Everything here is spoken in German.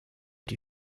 die